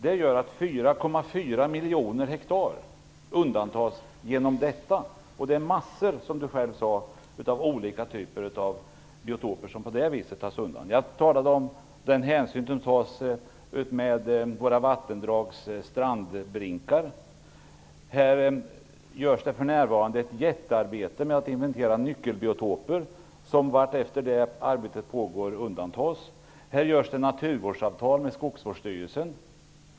Det gör att 4,4 miljoner hektar undantas genom detta. På detta sätt tas många olika typer av biotoper undan, precis som Jag talade om den hänsyn som tas till strandbrinkarna utmed våra vattendrag. I fråga om detta görs det för närvarande ett jättearbete med att inventera nyckelbiotoper, som vartefter detta arbete fortskrider undantas. Det görs naturvårdsavtal med Skogsvårdsstyrelsen.